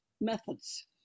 methods